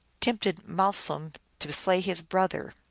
tempted malsum to slay his brother.